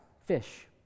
Fish